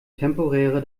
temporäre